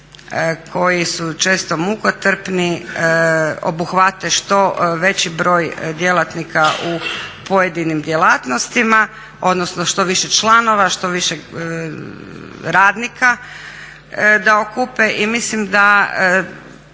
koji su često mukotrpni obuhvate što veći broj djelatnika u pojedinim djelatnostima, odnosno što više članova, što više radnika da okupe. I mislim da